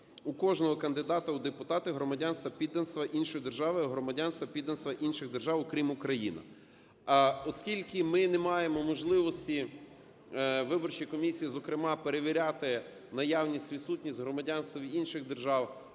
у кожного кандидата в депутати громадянства (підданства) іншої держави, громадянства (підданства) інших держав, окрім Україна. Оскільки ми не маємо можливості, виборча комісія зокрема, перевіряти наявність, відсутність громадянства інших держав,